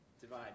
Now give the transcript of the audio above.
divide